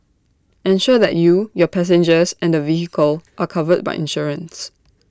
ensure that you your passengers and the vehicle are covered by insurance